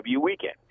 weekend